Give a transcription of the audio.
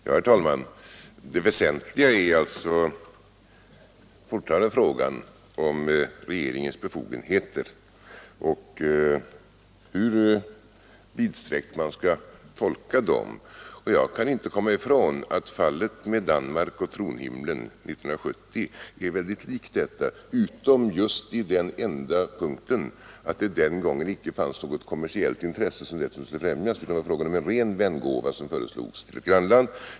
Herr talman! Det väsentliga är fortfarande frågan om hur vidsträckta regeringens befogenheter skall anses vara. Jag kan inte komma ifrån att fallet med Danmark och tronhimlen 1970 är väldigt likt detta fall, utom just på den enda punkten att det den gången icke fanns något kommersiellt intresse som skulle främjas utan var fråga om en ren vängåva till ett grannland.